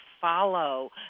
follow